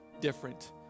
different